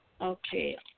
Okay